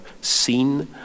seen